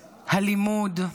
הלימוד,